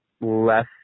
less